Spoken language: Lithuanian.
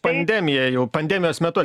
pandemija jau pandemijos metu